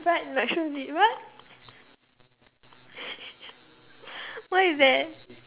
fried mushrooms with what what is that